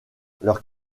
leur